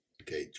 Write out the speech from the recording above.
Okay